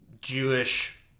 Jewish